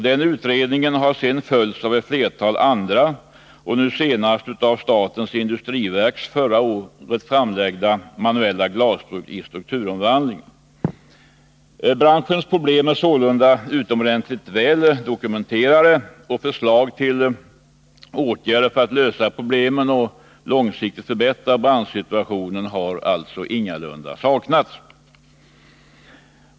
Den utredningen har följts av ett flertal andra, nu senast av statens industriverks förra året framlagda Manuella glasbruk i strukturomvandling. Branschens problem är sålunda utomordentligt väl dokumenterade, och förslag till åtgärder för att lösa problemen och långsiktigt förbättra branschsituationen har alltså ingalunda saknats.